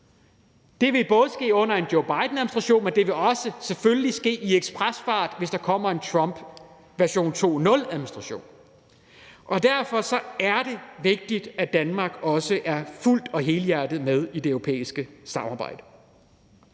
Det vil både ske under en Joe Biden-administration, men det vil selvfølgelig også ske i ekspresfart, hvis der kommer en Trump version 2.0-administration, og derfor er det vigtigt, at Danmark også er fuldt og helhjertet med i det europæiske samarbejde.